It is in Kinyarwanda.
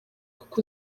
kuko